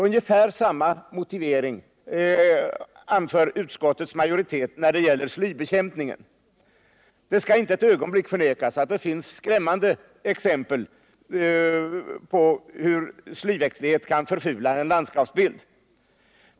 Ungefär samma motivering anför utskottets majoritet när det gäller slybekämpning. Det skall inte ett ögonblick förnekas att det finns skrämmande exempel på hur slyväxtlighet kan förfula en landskapsbild.